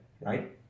right